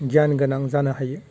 गियान गोनां जानो हायो